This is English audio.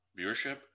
viewership